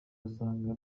basanga